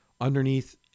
underneath